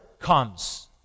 comes